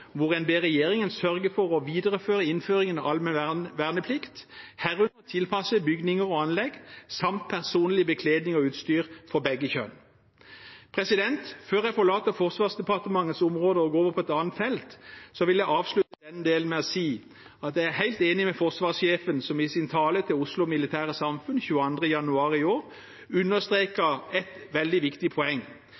hvor en ber regjeringen sørge for å videreføre innføringen av allmenn verneplikt, herunder tilpasse bygninger og anlegg samt personlig bekledning og utstyr for begge kjønn. Før jeg forlater Forsvarsdepartementets område og går over på et annet felt, vil jeg avslutte denne delen med å si at jeg er helt enig med forsvarssjefen, som i sin tale til Oslo Militære Samfund 22. januar i år